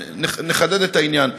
נחדד את העניין,